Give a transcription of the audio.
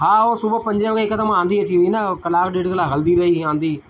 हा हो सुबुह जो पंजे वॻे हिकदमि आंधी अची वई न कलाकु ॾेढ कलाक हलंदी रही आंधी